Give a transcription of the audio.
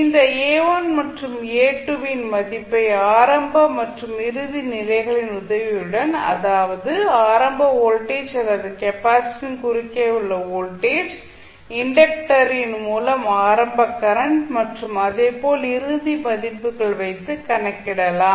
இந்த A1 மற்றும் A2 இன் மதிப்பை ஆரம்ப மற்றும் இறுதி நிலைகளின் உதவியுடன் அதாவது ஆரம்ப வோல்டேஜ் அல்லது கெப்பாசிட்டரின் குறுக்கே உள்ள வோல்டேஜ் இண்டக்டரின் மூலம் ஆரம்ப கரண்ட் மற்றும் அதேபோல் இறுதி மதிப்புகள் வைத்து கணக்கிடலாம்